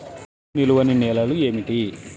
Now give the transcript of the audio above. నీరు నిలువని నేలలు ఏమిటి?